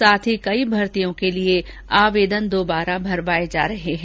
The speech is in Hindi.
साथ ही कई भर्तियों के लिए आवेदन दोबारा भरवाये जा रहे हैं